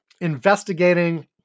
investigating